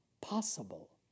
possible